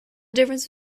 difference